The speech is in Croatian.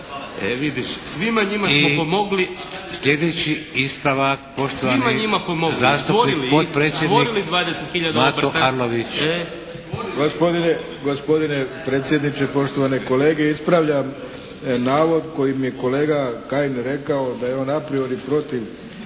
Vladimir (HDZ)** Slijedeći ispravak poštovani zastupnik potpredsjednik Mato Arlović. **Arlović, Mato (SDP)** Gospodine predsjedniče, poštovane kolege. Ispravljam navod koji mi je kolega Kajin rekao da je on a priori protiv